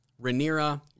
Rhaenyra